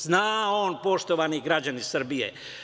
Zna on, poštovani građani Srbije.